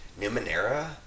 Numenera